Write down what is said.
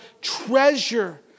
treasure